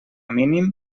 mínim